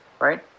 right